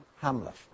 Hamlet